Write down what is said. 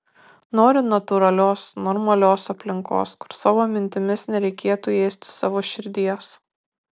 noriu natūralios normalios aplinkos kur savo mintimis nereikėtų ėsti savo širdies